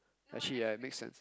actually yeah it makes sense